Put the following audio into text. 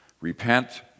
Repent